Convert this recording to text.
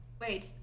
wait